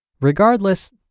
Regardless